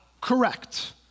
Correct